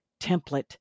template